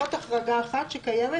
זאת החרגה אחת שקיימת.